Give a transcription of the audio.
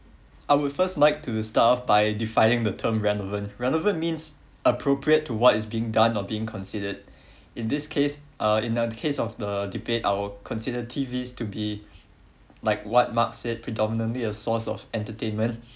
I would first like to start off by defining the term relevant relevant means appropriate to what is being done or being considered in this case uh in a case of the debate I will consider T_Vs to be like what mark said predominantly a source of entertainment